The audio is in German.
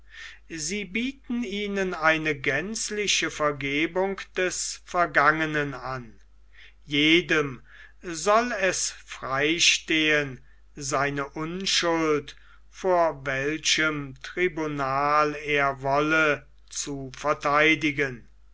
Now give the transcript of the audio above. sie bieten ihnen eine gänzliche vergebung des vergangenen an jedem soll es freistehen seine unschuld vor welchem tribunal er wolle zu verteidigen